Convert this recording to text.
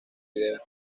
vídeo